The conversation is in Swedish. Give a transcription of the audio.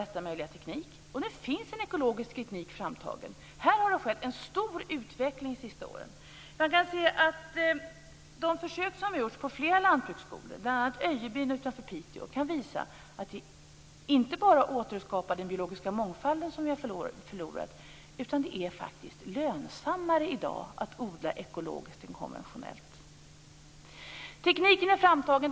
Och det finns en ekologisk teknik framtagen. Här har det skett en stor utveckling de sista åren. Det är faktiskt också lönsammare i dag att odla ekologiskt än att odla konventionellt. Tekniken är framtagen.